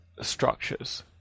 structures